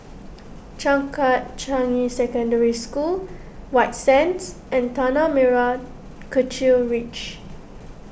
Changkat Changi Secondary School White Sands and Tanah Merah Kechil Ridge